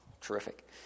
terrific